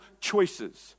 choices